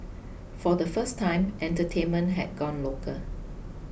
for the first time entertainment had gone local